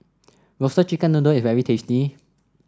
Roasted Chicken Noodle is very tasty